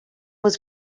was